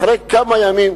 אחרי כמה ימים,